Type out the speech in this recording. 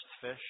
fish